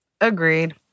Agreed